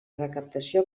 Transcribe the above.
recaptació